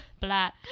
black